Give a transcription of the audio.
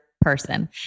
person